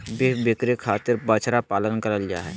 beef बिक्री खातिर बछड़ा पालन करल जा हय